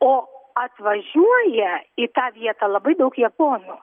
o atvažiuoja į tą vietą labai daug japonų